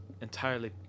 entirely